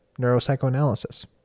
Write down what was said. neuropsychoanalysis